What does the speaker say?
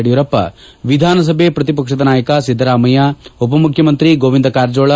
ಯಡಿಯೂರಪ್ಪ ವಿಧಾನಸಭೆ ಪ್ರತಿಪಕ್ಷದ ನಾಯಕ ಸಿದ್ಧರಾಮಯ್ಯ ಉಪಮುಖ್ಯಮಂತಿ ಗೋವಿಂದ ಕಾರಜೋಳ